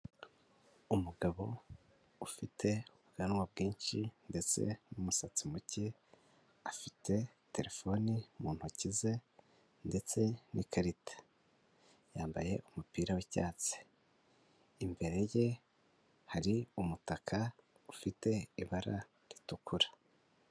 Umugabo ufite ubwanwa bwinshi ndetse n'umusatsi muke, afite terefone mu ntoki ze ndetse n'ikarita, yambaye umupira w'icyatsi, imbere ye hari umutaka ufite ibara ritukura.